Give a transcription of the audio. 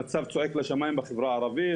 המצב צועק לשמיים בחברה הערבית.